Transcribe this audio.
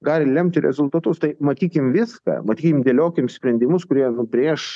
gali lemti rezultatus tai matykim viską matykim dėliokim sprendimus kurie nubrėš